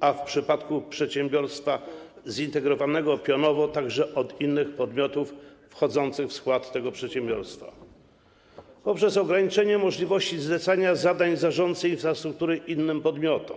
a w przypadku przedsiębiorstwa zintegrowanego pionowo - także od innych podmiotów wchodzących w skład tego przedsiębiorstwa, oraz poprzez ograniczenie możliwości zlecania zadań zarządcy infrastruktury innym podmiotom.